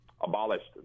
abolished